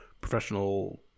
professional